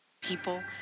People